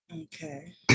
Okay